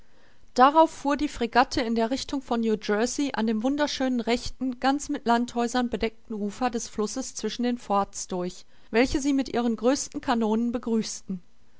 darauf fuhr die fregatte in der richtung von new jersey an dem wunderschönen rechten ganz mit landhäusern bedeckten ufer des flusses zwischen den forts durch welche sie mit ihren größten kanonen begrüßten